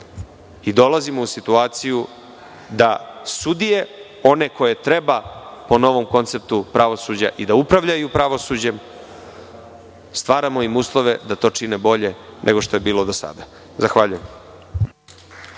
i dolazimo u situaciju da sudije, one koje treba po novom konceptu pravosuđa i da upravljaju pravosuđem, stvaramo im uslove da to čine bolje nego što je to bilo do sada. Zahvaljujem.